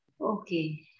Okay